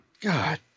god